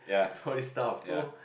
to all these stuff so